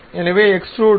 எனவே எக்ஸ்டுரூட்